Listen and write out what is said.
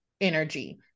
energy